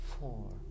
four